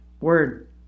Word